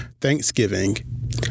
Thanksgiving